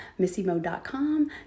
missymo.com